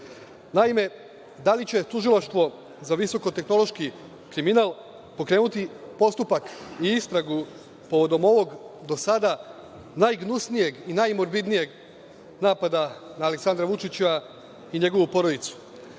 Naime, da li će Tužilaštvo za visokotehnološki kriminal pokrenuti postupak i istragu povodom ovog do sada najgnusnijeg i najmorbidnijeg napada na Aleksandra Vučića i njegovu porodicu? Dakle,